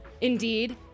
Indeed